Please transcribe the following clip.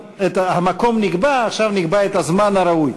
המקום נקבע, ועכשיו נקבע את הזמן הראוי.